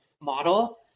model